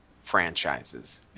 franchises